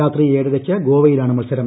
രാത്രി ഏഴരയ്ക്ക് ഗോവയിലാണ് മത്സരം